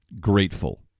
grateful